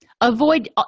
Avoid